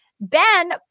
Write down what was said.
Ben